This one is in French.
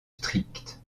strict